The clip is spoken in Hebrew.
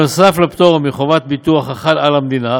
נוסף על הפטור מחובת ביטוח החל על המדינה,